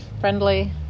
friendly